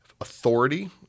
authority